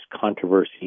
controversy